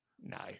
No